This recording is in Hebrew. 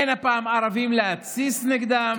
אין הפעם ערבים להתסיס נגדם,